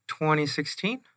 2016